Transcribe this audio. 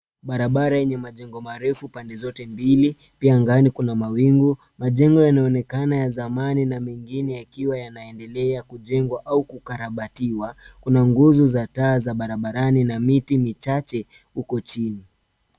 Barabara yenye majengo refu pande zote mbili. Pia angani kuna mawingu. Majengo yanaonekana ya zamani na mengine yakiwa yanaendelea kujengwa au kukarabitiwa. Kuna nguzo za taa za barabarani na miti michache uko chini.